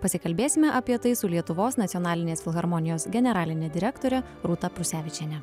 pasikalbėsime apie tai su lietuvos nacionalinės filharmonijos generaline direktore rūta prusevičiene